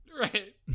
right